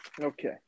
Okay